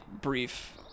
brief